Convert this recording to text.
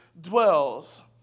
dwells